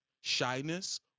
shyness